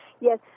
Yes